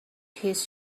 his